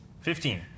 Fifteen